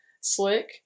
slick